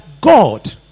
God